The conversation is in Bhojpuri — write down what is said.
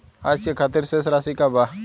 आज के खातिर शेष राशि का बा?